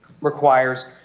requires